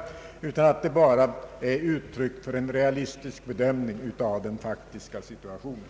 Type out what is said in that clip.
valrörelse, utan det är endast ett uttryck för en realistisk bedömning av den faktiska situationen.